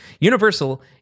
Universal